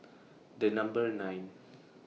The Number nine